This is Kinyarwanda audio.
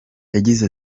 yagize